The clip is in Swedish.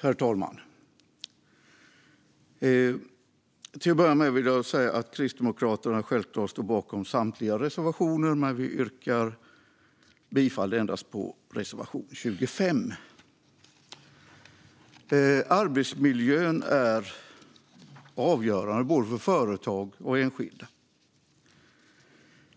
Herr talman! Till att börja med vill jag säga att Kristdemokraterna självklart står bakom samtliga av sina reservationer, men jag yrkar bifall endast till reservation 25. Arbetsmiljön är avgörande för både företag och enskilda.